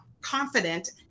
confident